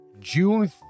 June